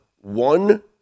one